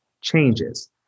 changes